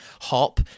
Hop